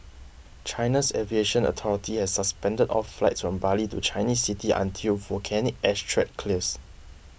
China's aviation authority has suspended all flights from Bali to Chinese cities until volcanic ash threat clears